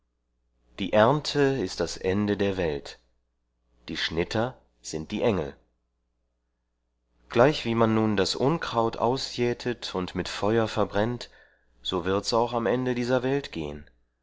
die ernte ist das ende der welt die schnitter sind die engel gleichwie man nun das unkraut ausjätet und mit feuer verbrennt so wird's auch am ende dieser welt gehen